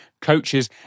coaches